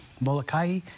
Molokai